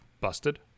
busted